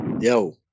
Yo